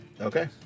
Okay